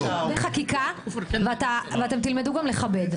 ואתם תלמדו לכבד.